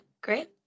great